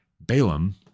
Balaam